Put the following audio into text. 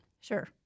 Sure